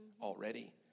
already